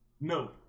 No